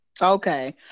Okay